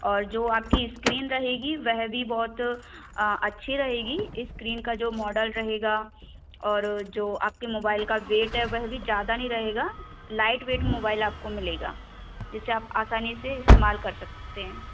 और जो आपकी इस्क्रीन रहेगी वह भी बहुत अच्छी रहेगी इस्क्रीन का जो मोडल रहेगा और जो आपके मोबाइल का वेट है वह भी ज़्यादा नहीं रहेगा लाइटवेट मोबाइल आपको मिलेगा जिस से आप आसानी से इस्तेमाल कर सकते हैं